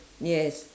yes